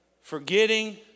Forgetting